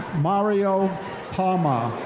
mario palma.